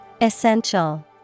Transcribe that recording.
Essential